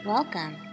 Welcome